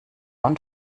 und